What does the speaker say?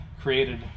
created